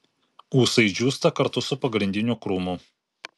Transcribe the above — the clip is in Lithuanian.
ūsai džiūsta kartu su pagrindiniu krūmu